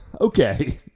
okay